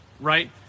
Right